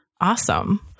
Awesome